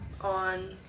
on